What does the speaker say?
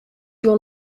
your